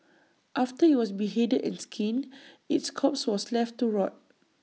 after IT was beheaded and skinned its corpse was left to rot